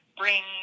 bring